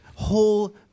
whole